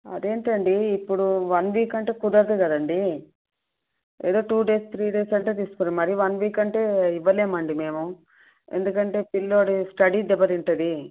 అదేంటి అండి ఇప్పుడు వన్ వీక్ అంటే కుదరదు కదండి ఏదో టూ డేస్ త్రీ డేస్ అంటే తీసుకోండి మరి వన్ వీక్ అంటే ఇవ్వలేం అండి మేము ఎందుకంటే పిల్లవాడి స్టడీ దెబ్బ తింటుంది